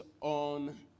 on